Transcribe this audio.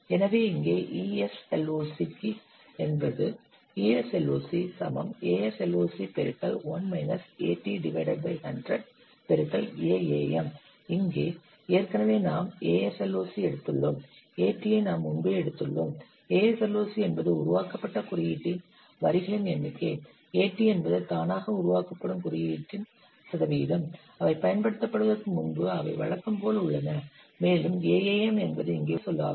எனவே இங்கே ESLOC க்கு என்பது இங்கே ஏற்கனவே நாம் ASLOC எடுத்துள்ளோம் AT ஐ நாம் முன்பே எடுத்துள்ளோம் ASLOC என்பது உருவாக்கப்பட்ட குறியீட்டின் வரிகளின் எண்ணிக்கை AT என்பது தானாக உருவாக்கப்படும் குறியீட்டின் சதவீதம் அவை பயன்படுத்தப்படுவதற்கு முன்பு அவை வழக்கம் போல் உள்ளன மேலும் AAM என்பது இங்கே ஒரு புதிய சொல் ஆகும்